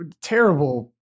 Terrible